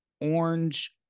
orange